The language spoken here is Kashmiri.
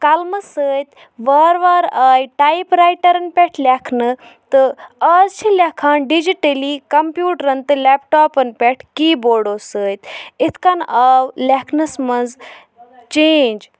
قلمہٕ سۭتۍ وارٕ وارٕ آے ٹایِپرایٹَرَن پٮ۪ٹھ لیکھنہٕ تہٕ آز چھِ لیکھان ڈِجِٹٔلی کَمپیوٗٹرن تہِ لیپٹاپَن پٮ۪ٹھ کیٖبوڈو سۭتۍ اِتھ کٔنۍ آو لیکھنَس منٛز چینٛج